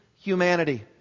humanity